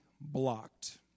blocked